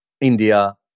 India